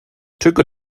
tycker